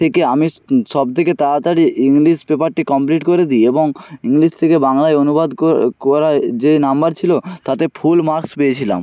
থেকে আমি স সবথেকে তাড়াতাড়ি ইংলিস পেপারটি কমপ্লিট করে দি এবং ইংলিশ থেকে বাংলায় অনুবাদ করে করায় যে নম্বর ছিলো তাতে ফুল মার্কস পেয়েছিলাম